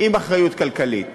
עם אחריות כלכלית,